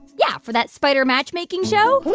yeah, for that spider matchmaking show?